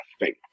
faith